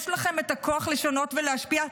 יש לכם את הכוח לשנות ולהשפיע.